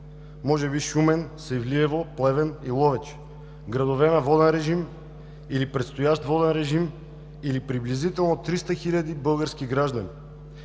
може би Шумен, Севлиево, Плевен и Ловеч – градове на воден режим или предстоящ воден режим, или приблизително 300 хиляди български граждани.